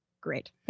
Great